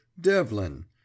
Devlin